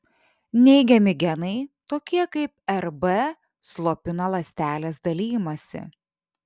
neigiami genai tokie kaip rb slopina ląstelės dalijimąsi